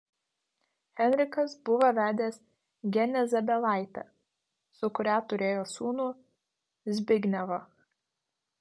henrikas buvo vedęs genę zabielaitę su kuria turėjo sūnų zbignevą